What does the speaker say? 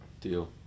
Deal